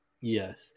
Yes